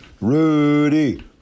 Rudy